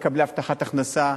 היא מדברת על כל מקבלי הבטחת הכנסה,